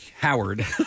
Howard